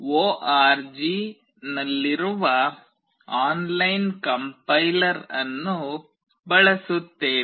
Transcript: org ನಲ್ಲಿರುವ online compiler ಅನ್ನು ಬಳಸುತ್ತೇವೆ